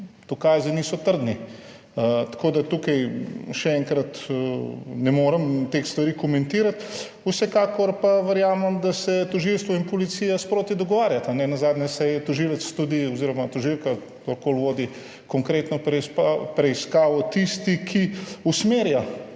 dokazi niso trdni. Tako da tukaj, še enkrat, ne morem teh stvari komentirati. Vsekakor pa verjamem, da se tožilstvo in policija sproti dogovarjata. Nenazadnje je tožilec oziroma tožilka, kdorkoli vodi konkretno preiskavo, tisti, ki usmerja